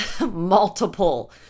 multiple